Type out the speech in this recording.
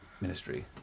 ministry